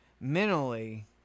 mentally